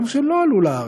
גם כשהם לא עלו לארץ.